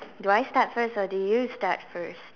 do I start first or do you start first